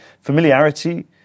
familiarity